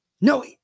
No